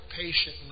patiently